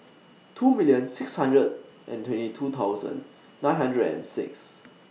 two million six hundred and twenty two thousand nine hundred and six